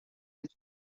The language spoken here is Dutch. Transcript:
het